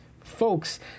folks